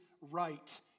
right